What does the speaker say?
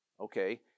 okay